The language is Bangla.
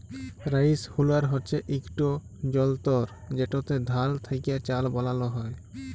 রাইস হুলার হছে ইকট যলতর যেটতে ধাল থ্যাকে চাল বালাল হ্যয়